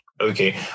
Okay